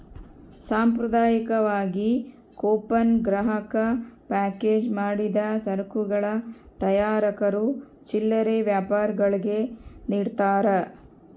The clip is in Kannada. ಸಾಂಪ್ರದಾಯಿಕವಾಗಿ ಕೂಪನ್ ಗ್ರಾಹಕ ಪ್ಯಾಕೇಜ್ ಮಾಡಿದ ಸರಕುಗಳ ತಯಾರಕರು ಚಿಲ್ಲರೆ ವ್ಯಾಪಾರಿಗುಳ್ಗೆ ನಿಡ್ತಾರ